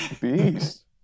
Beast